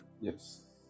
Yes